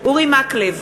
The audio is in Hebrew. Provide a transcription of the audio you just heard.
אורי מקלב,